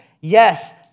yes